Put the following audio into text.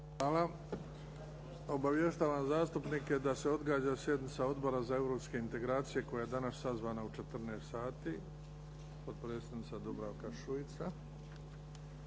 Hvala. Obavještavam zastupnike da se odgađa sjednica Odbora za europske integracije koja je danas sazvana u 14 sati, potpredsjednica Dubravka Šuica.